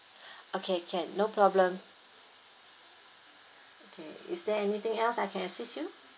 okay can no problem is there anything else I can assist you